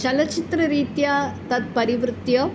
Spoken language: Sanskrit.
चलचित्ररीत्या तद् परिवृत्य